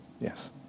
Yes